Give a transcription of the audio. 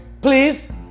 Please